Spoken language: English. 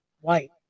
White